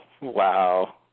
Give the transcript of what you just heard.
Wow